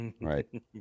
Right